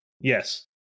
yes